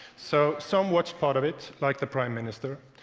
so some watched part of it, like the prime minister.